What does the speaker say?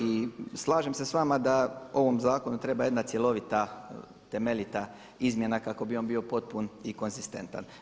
I slažem se sa vama da ovom zakonu treba jedna cjelovita, temeljita izmjena kako bi on bio potpun i konzistentan.